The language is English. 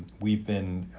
we've been